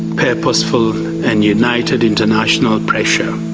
purposeful and united international pressure,